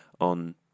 on